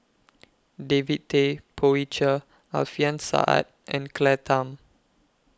David Tay Poey Cher Alfian Sa'at and Claire Tham